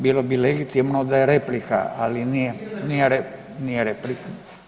Bilo bi legitimno da je replika, ali nije replika.